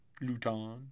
Luton